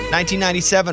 1997